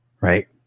Right